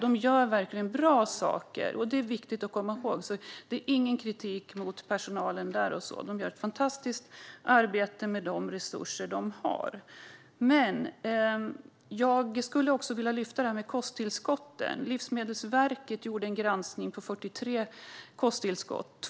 Man gör verkligen bra saker, det är viktigt att komma ihåg. Jag har ingen kritik mot personalen där. Man gör ett fantastiskt arbete med de resurser som man har. Jag vill också lyfta fram detta med kosttillskott. Livsmedelsverket har granskat 43 kosttillskottspreparat.